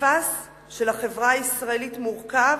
הפסיפס של החברה הישראלית מורכב,